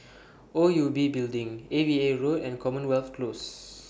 O U B Building A V A Road and Commonwealth Close